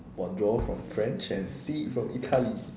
bonjour from french and si from italy